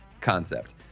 concept